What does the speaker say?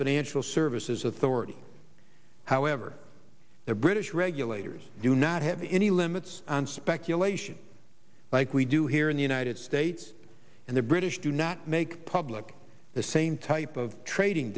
financial services authority however the british regulators do not have any limits on speculation like we do here in the united states and the british do not make public the same type of trading